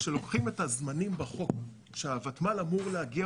כשלוקחים את הזמנים בחוק שהוותמ"ל אמור להגיע